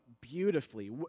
beautifully